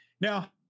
now